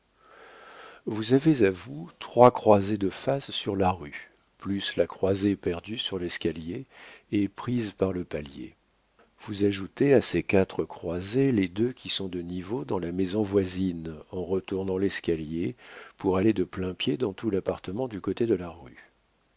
vous avez à vous trois croisées de face sur la rue plus la croisée perdue sur l'escalier et prise par le palier vous ajoutez à ces quatre croisées les deux qui sont de niveau dans la maison voisine en retournant l'escalier pour aller de plain-pied dans tout l'appartement du côté de la rue